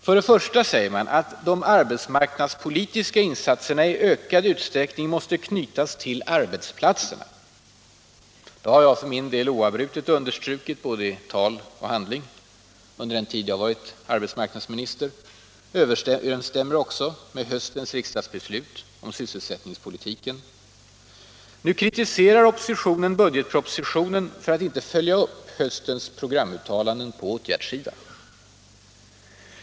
För det första säger man att de arbetsmarknadspolitiska insatserna i ökad utsträckning måste knytas till arbetsplatserna. Det har jag för min del oavbrutet understrukit, både i tal och handling, under den tid jag har varit arbetsmarknadsminister. Det överensstämmer ju också med höstens riksdagsbeslut om sysselsättningspolitiken. Nu kritiserar oppositionen budgetpropositionen för att inte följa upp höstens programuttalanden på åtgärdssidan.